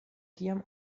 kiam